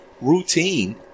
routine